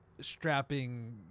strapping